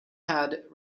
had